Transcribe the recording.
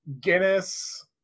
Guinness